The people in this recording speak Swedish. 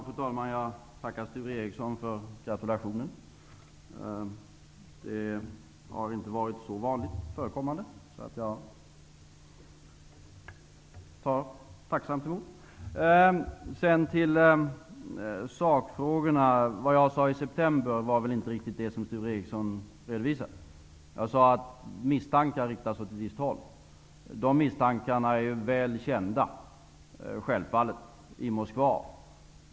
Fru talman! Jag tackar Sture Ericson för gratulationen. Gratulationer har inte varit så vanligt förekommande, så jag tar tacksamt emot den. Det jag sade i september var väl inte riktigt det som Sture Ericson redovisade. Jag sade att misstankar riktades åt ett visst håll. Dessa misstankar är självfallet väl kända i Moskva.